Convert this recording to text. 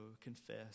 confess